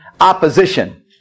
opposition